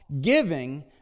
giving